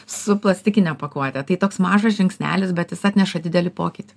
su plastikine pakuote tai toks mažas žingsnelis bet jis atneša didelį pokytį